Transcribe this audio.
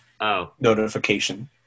notification